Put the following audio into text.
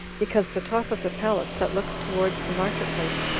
because the top of the palace, that looks towards the market-place,